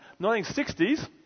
1960s